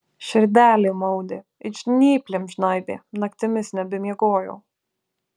širdelė maudė it žnyplėm žnaibė naktimis nebemiegojau